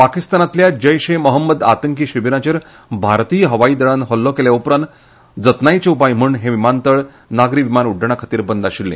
पाकिस्तानांतल्या जैश ए मोहम्मद आतंकी शिबिरांचेर भारतीय हवाय दळान हल्लो केले उपरांत जतनायेचे उपाय म्हणून हें विमानतळ नागरी विमान उड्डाणा खातीर बंद आशिल्ले